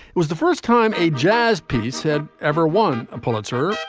was the first time a jazz piece had ever won a pulitzer.